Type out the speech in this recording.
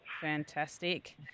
Fantastic